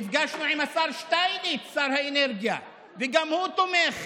נפגשנו עם השר שטייניץ, שר האנרגיה, וגם הוא תומך.